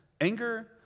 anger